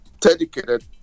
dedicated